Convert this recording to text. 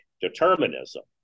determinism